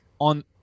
on